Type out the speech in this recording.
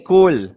Cool